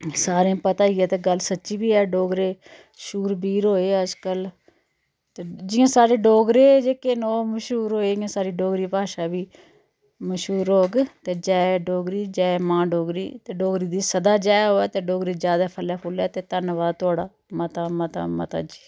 सारें गी पता ही ऐ ते गल्ल सच्ची बी ऐ डोगरे शूरवीर होऐ अज्जकल ते जियां साढ़े डोगरे जेह्के मश्हूर होए इयां साढ़ी डोगरी भाशा बी मश्हूर होग ते जै डोगरी जै मां डोगरी ते डोगरी दी सदा जै होऐ ते डोगरी ज्यादा फलै फुल्लै ते धन्नबाद थुआढ़ा मता मता मता जी